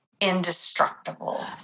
indestructible